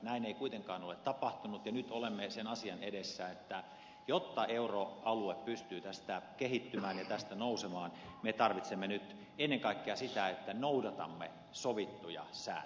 näin ei kuitenkaan ole tapahtunut ja nyt olemme sen asian edessä että jotta euroalue pystyy tästä kehittymään ja tästä nousemaan me tarvitsemme nyt ennen kaikkea sitä että noudatamme sovittuja sääntöjä